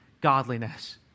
godliness